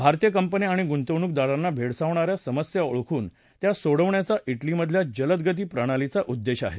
भारतीय कंपन्या आणि गुंतवणूकदारांना भेडसावणाऱ्या समस्या ओळखून त्या सोडवण्याचा डेलीमधल्या जलदगती प्रणालीचा उद्देश आहे